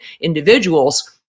individuals